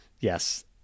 Yes